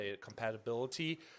compatibility